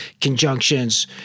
conjunctions